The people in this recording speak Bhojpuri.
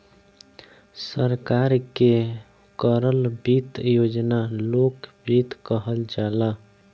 सरकार के करल वित्त योजना लोक वित्त कहल जाला